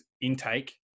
intake